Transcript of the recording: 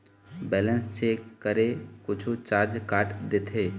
Balance check करें कुछू charge काट देथे?